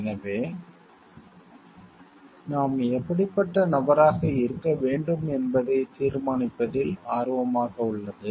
எனவே நாம் எப்படிப்பட்ட நபராக இருக்க வேண்டும் என்பதை தீர்மானிப்பதில் ஆர்வமாக உள்ளது